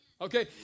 okay